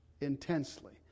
intensely